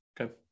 Okay